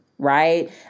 right